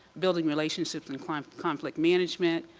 building relationships and conflict management,